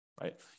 right